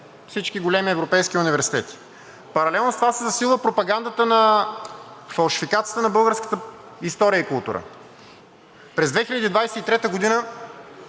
всички големи европейски университети. Паралелно с това се засилва пропагандата на фалшификацията на българската история и култура. През 2023 г.